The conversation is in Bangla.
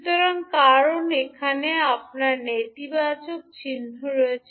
সুতরাং কারণ এখানে আপনার নেতিবাচক চিহ্ন রয়েছে